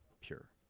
pure